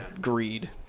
greed